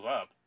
up